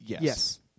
Yes